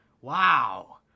Wow